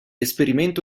esperimento